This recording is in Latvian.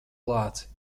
lāci